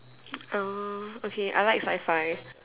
uh okay I like sci-fi